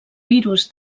virus